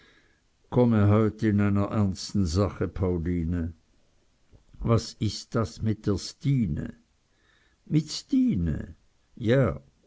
in einer ernsten sache pauline was ist das mit der stine mit stine ja